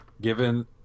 given